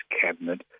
Cabinet